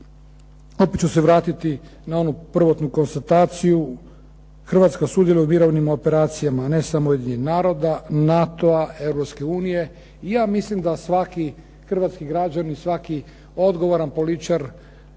Opet ću se vratiti na onu prvotnu konstataciju, Hrvatska sudjeluje u mirovnim operacijama ne samo Ujedinjenih naroda, NATO-a, Europske unije i ja mislim da svaki hrvatski građanin, svaki odgovoran političar